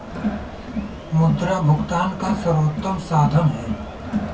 मुद्रा भुगतान का सर्वोत्तम साधन है